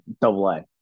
double-A